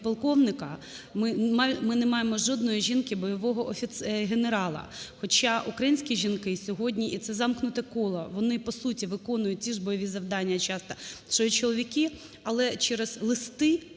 ми не маємо жодної жінки бойового генерала. Хоча українські жінки сьогодні, і це замкнуте коло, вони по суті виконують ті ж бойові завдання часто, що і чоловіки, але через листи